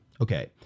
Okay